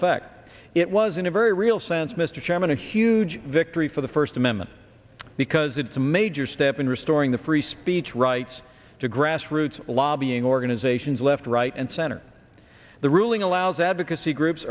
effect it was in a very real sense mr chairman a huge victory for the first amendment because it's a major step in restoring the free speech rights to grassroots lobbying organizations left right and center the ruling allows advocacy groups